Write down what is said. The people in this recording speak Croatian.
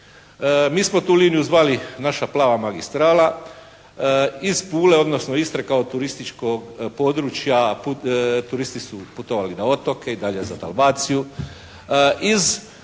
Mi smo tu liniju zvali naša plava magistrala, iz Pule, odnosno Istre kao turističkog područja, turisti su putovali za otoke i dalje za Dalmaciju. Iz otoka